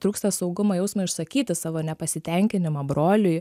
trūksta saugumo jausmo išsakyti savo nepasitenkinimą broliui